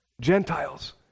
Gentiles